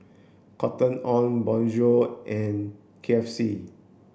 Cotton on Bonjour and K F C